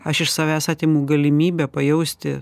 aš iš savęs atimu galimybę pajausti